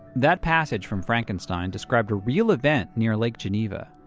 that passage from frankenstein described a real event near lake geneva.